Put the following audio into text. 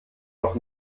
noch